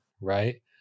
right